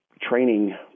training